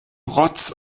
rotz